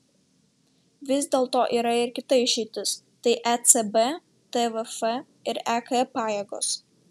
vis dėlto yra ir kita išeitis tai ecb tvf ir ek pajėgos